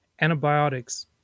antibiotics